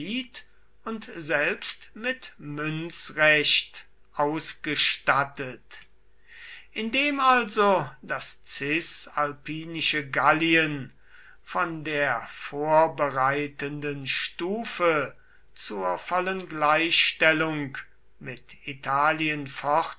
und selbst mit münzrecht ausgestattet indem also das cisalpinische gallien von der vorbereitenden stufe zur vollen gleichstellung mit italien